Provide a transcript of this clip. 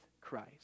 Christ